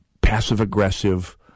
passive-aggressive